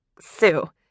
Sue